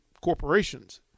corporations